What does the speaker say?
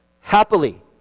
happily